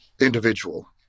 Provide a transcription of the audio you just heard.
individual